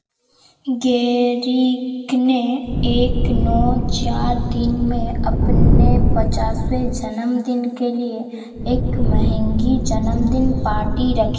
Gehrig ने एक नौ चार तीन में अपने पचासवें जन्मदिन के लिए एक महँगी जन्मदिन पार्टी रखी